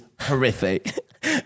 horrific